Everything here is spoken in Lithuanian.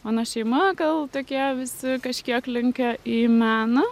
mano šeima gal tokie visi kažkiek linkę į meną